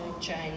change